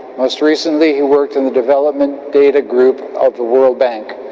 most recently he worked in the development data group of the world bank,